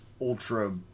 ultra